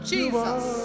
Jesus